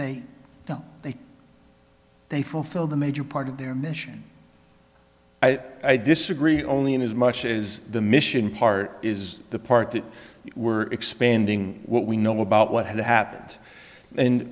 know they they fulfilled a major part of their mission i disagree only in as much as the mission part is the part that we were expanding what we know about what had happened and